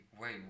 wait